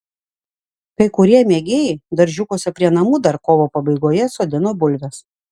kai kurie mėgėjai daržiukuose prie namų dar kovo pabaigoje sodino bulves